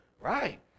Right